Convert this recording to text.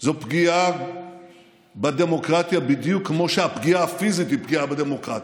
זה פגיעה בדמוקרטיה בדיוק כמו שהפגיעה הפיזית היא פגיעה בדמוקרטיה.